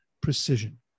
precision